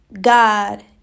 God